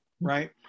Right